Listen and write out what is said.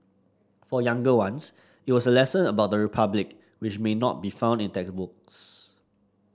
for younger ones it was a lesson about the Republic which may not be found in textbooks